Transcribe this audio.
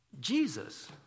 Jesus